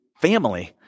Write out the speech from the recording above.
family